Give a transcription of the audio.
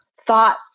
thought